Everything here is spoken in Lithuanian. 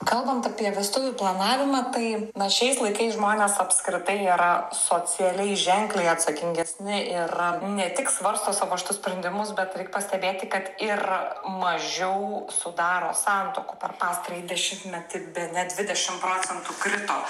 kalbant apie vestuvių planavimą tai na šiais laikais žmonės apskritai yra socialiai ženkliai atsakingesni ir ne tik svarsto savo šitus sprendimus bet reik pastebėti kad ir mažiau sudaro santuokų per pastarąjį dešimtmetį bene dvidešim procentų krito